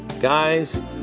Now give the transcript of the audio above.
guys